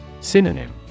Synonym